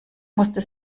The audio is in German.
musste